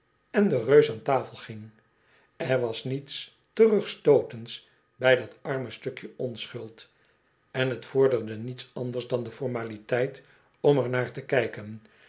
en de reus aan tafel ging er was niets terugstootends bij dat arme stukje onschuld en t vorderde niets anders dan de formaliteit om er naar te kijken